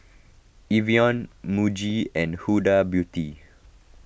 Evian Muji and Huda Beauty